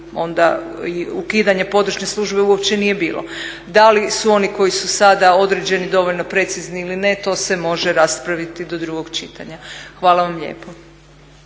onda i ukidanje područne službe uopće nije bilo. Da li su oni koji su sada određeni dovoljno precizni ili ne to se može raspraviti do drugog čitanja. Hvala vam lijepo.